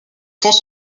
fonds